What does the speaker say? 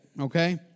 okay